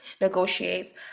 Negotiates